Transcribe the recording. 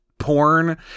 porn